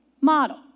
Model